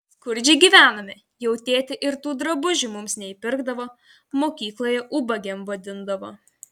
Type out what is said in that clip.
skurdžiai gyvenome jau tėtė ir tų drabužių mums neįpirkdavo mokykloje ubagėm vadindavo